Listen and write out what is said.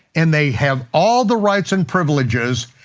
and they have all the rights and privileges,